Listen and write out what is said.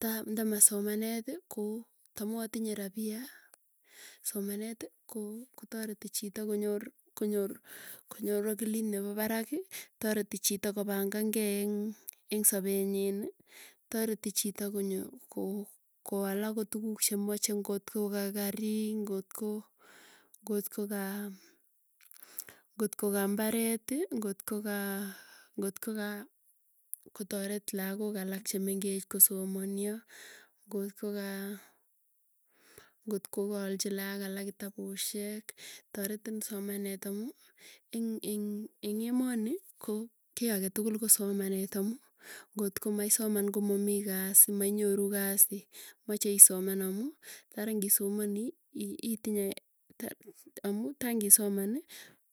ta ndama somanet i ko tamatinye rabia somanet i ko konyor konyor konyor akilit neba barak tareti chito kobangan. Kei eng sabet nyin tareti chito konyo ko koal akot tuguk che mache ngotko ka kari ngotko, ngotko ka ngotko ka mbaret i ngotko ka ngot ko ka tareti lagook che mengech ko somanio. Ngotko kaalchi laak alak kitapushek. Taretin somanet amuu, ing eng eng emoni, koo kii age tukul ko somanet amuuu notko maisoman komomamii kasi, mainyoru kasi mainyoru kasi. Mache isoman amuu tarangisomani, i i itinye amu tai ngisomani.